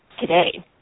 today